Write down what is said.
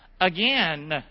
again